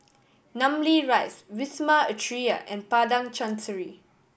Namly Rise Wisma Atria and Padang Chancery